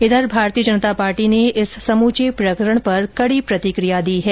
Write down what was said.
इधर भारतीय जनता पार्टी ने इस समूचे प्रकरण पर कड़ी प्रतिकिया दी है